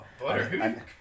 Butter